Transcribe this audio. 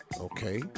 okay